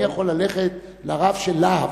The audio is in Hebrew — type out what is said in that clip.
אם אני יכול ללכת לרב של להב,